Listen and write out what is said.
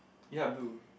ya blue